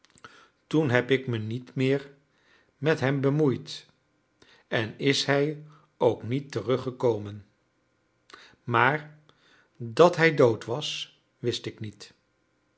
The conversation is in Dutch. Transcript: toen heb ik me niet meer met hem bemoeid en is hij ook niet teruggekomen maar dat hij dood was wist ik niet